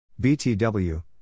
BTW